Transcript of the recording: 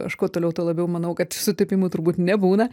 aš kuo toliau tuo labiau manau kad sutapimų turbūt nebūna